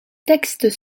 textes